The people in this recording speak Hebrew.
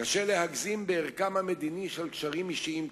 קשה להגזים בערכם המדיני של קשרים אישיים כאלה,